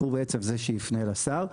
הוא בעצם זה שיפנה אל השר,